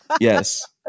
Yes